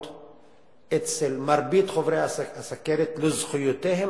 שאצל מרבית חולי הסוכרת אין מודעות לזכויותיהם